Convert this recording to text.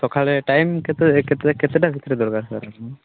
ସକାଳେ ଟାଇମ୍ କେତେ କେତେ କେତେଟା ଭିତରେ ଦରକାର ସାର୍